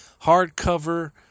hardcover